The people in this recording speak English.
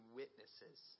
witnesses